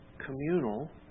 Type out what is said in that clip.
communal